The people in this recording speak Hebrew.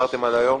דיברתם עליהן היום